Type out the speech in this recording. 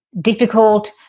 difficult